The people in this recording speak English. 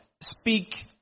speak